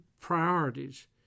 priorities